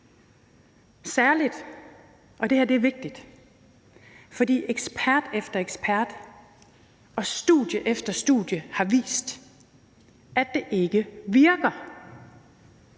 fordi – og det her er vigtigt – ekspert efter ekspert og studie efter studie har vist, at det ikke virker.